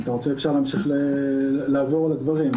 אפשר להמשיך לעבור על הדברים.